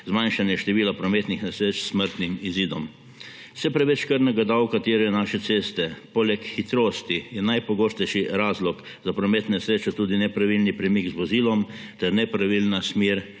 zmanjšanje števila prometnih nesreč s smrtnim izidom. Vse preveč krvnega davka terjajo naše ceste. Poleg hitrosti je najpogostejši razlog za prometne nesreče tudi nepravilni premik z vozilom ter nepravilna smer